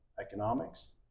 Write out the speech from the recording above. economics